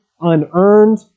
unearned